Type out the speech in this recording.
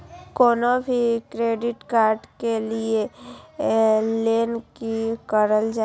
कोनो भी credit card लिए के लेल की करल जाय?